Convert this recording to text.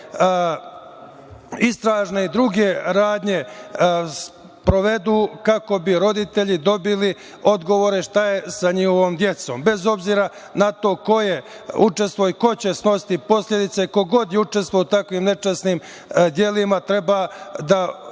istražne i druge radnje sprovedu kako bi roditelji dobili odgovore šta je sa njihovom decom, bez obzira na to ko je učestvovao i ko će snositi posledice. Ko god je učestvovao u tako nečasnim delima treba da snosi